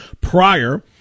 prior